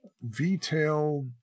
V-tail